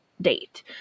date